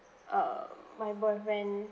uh my boyfriend